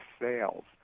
sales